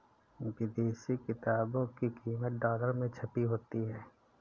विदेशी किताबों की कीमत डॉलर में छपी होती है